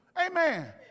Amen